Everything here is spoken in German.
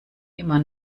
immer